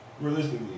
Realistically